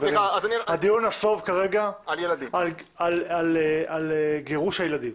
הדיון נסוב כרגע על גירוש הילדים.